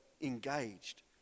engaged